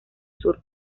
sur